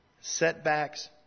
setbacks